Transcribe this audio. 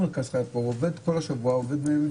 מרכז חייו בחוץ לארץ והוא מגיע לכאן.